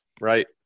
Right